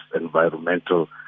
environmental